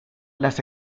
las